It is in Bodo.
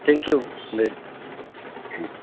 थेंकिउ दे उम